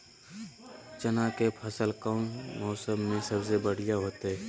चना के फसल कौन मौसम में सबसे बढ़िया होतय?